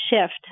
shift